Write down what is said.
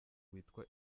witwa